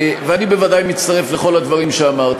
ואני בוודאי מצטרף לכל הדברים שאמרת.